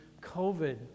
covid